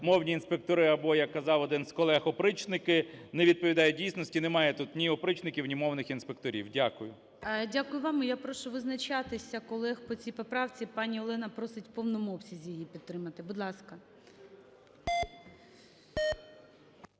мовні інспектори або, як казав один з колег, опричники, не відповідають дійсності. Немає тут ні опричників, ні мовних інспекторів. Дякую. ГОЛОВУЮЧИЙ. Дякую вам. І я прошу визначатися колег по цій поправці. Пані Олена просить в повному обсязі її підтримати. Будь ласка.